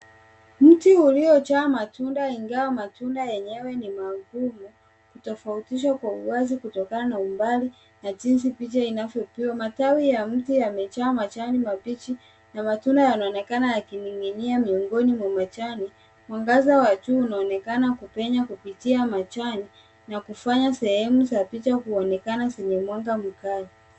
Mti uliojaa matunda, ingawa matunda yenyewe ni magumu kutofautisha kwa uwazi kutokana na umbali na jinsi picha inavyopigwa. Matawi ya mti yamejaa majani mabichi na matunda yanaonekana yakining'inia miongoni mwa majani. Mwangaza wa jua unaonekana kupenya kupitia majani na kufanya sehemu za picha kuonekana zenye mwanga mkali.